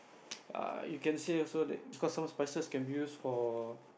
err you can say also cause some spices can be used for